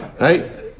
right